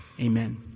Amen